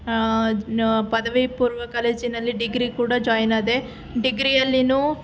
ಪದವಿಪೂರ್ವ ಕಾಲೇಜಿನಲ್ಲಿ ಡಿಗ್ರಿ ಕೂಡ ಜಾಯಿನಾದೆ ಡಿಗ್ರಿಯಲ್ಲಿನೂ